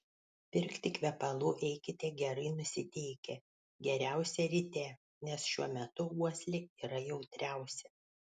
pirkti kvepalų eikite gerai nusiteikę geriausia ryte nes šiuo metu uoslė yra jautriausia